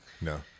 no